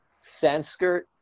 Sanskrit